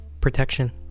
Protection